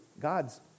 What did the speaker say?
God's